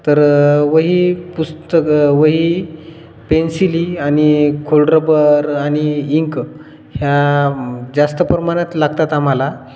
तर वही पुस्तक वही पेन्सिली आणि खोडरबर आणि इंक ह्या जास्त प्रमाणात लागतात आम्हाला